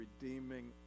redeeming